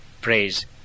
praise